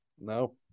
No